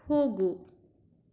ಹೋಗು